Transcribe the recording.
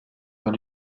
dans